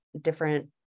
different